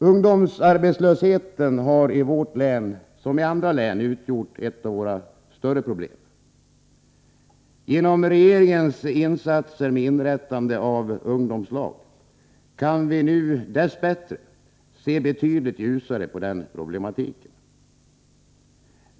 Ungdomsarbetslösheten har i vårt län som i andra län utgjort ett av de större problemen. Genom regeringens insatser i form av inrättande av ungdomslag kan vi nu dess bättre se betydligt ljusare på den problematiken.